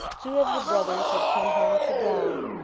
two of the brothers had come home to die,